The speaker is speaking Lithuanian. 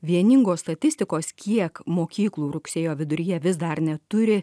vieningos statistikos kiek mokyklų rugsėjo viduryje vis dar neturi